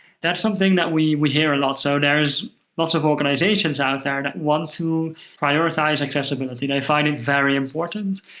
that's something that we we hear a lot. so there's lots of organizations out there that want to prioritize accessibility, and they find it very important.